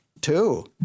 Two